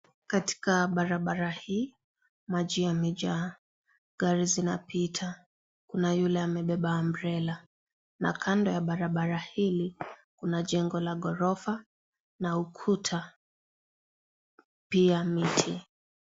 Katika barabara hii maji yamejaa gari zinapita kuna yule amebeba umbrella na kando ya barabara hili kuna jengo la gorofa na ukuta pia miti.